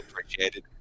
appreciated